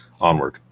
Onward